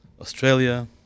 Australia